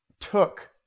took